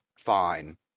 fine